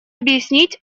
объяснить